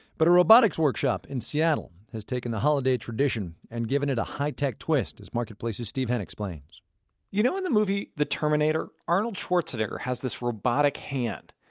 but a robotics workshop in seattle has taken the holiday tradition and given it a high-tech twist marketplace's steve henn explains you know in the movie the terminator? arnold schwarzenegger has this robotic hand.